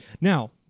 Now